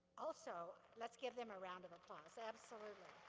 also let's give them a round of applause. absolutely.